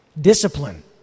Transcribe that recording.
discipline